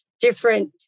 different